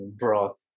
broth